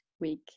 week